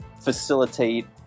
facilitate